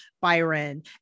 byron